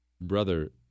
Brother